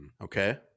Okay